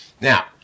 Now